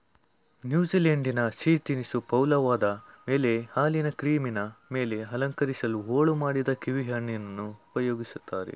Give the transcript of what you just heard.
ನ್ಯೂಜಿಲೆಂಡಿನ ಸಿಹಿ ತಿನಿಸು ಪವ್ಲೋವದ ಮೇಲೆ ಹಾಲಿನ ಕ್ರೀಮಿನ ಮೇಲೆ ಅಲಂಕರಿಸಲು ಹೋಳು ಮಾಡಿದ ಕೀವಿಹಣ್ಣನ್ನು ಉಪಯೋಗಿಸ್ತಾರೆ